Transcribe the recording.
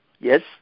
Yes